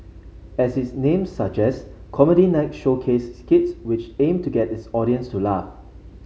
as its name suggests Comedy Night showcased skits which aimed to get its audience to laugh